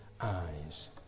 eyes